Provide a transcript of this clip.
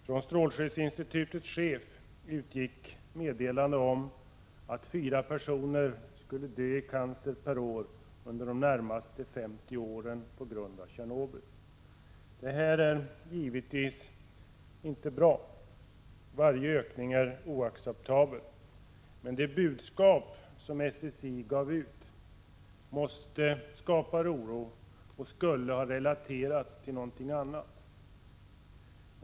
Från strålskyddsinstitutets chef utgick meddelande om att 4 personer skulle dö i cancer per år under de närmaste 50 åren på grund av Tjernobylolyckan. Det är givetvis inte bra. Varje ökning är oacceptabel, men detta budskap skapar oro och skulle ha relaterats till något annat.